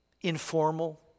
informal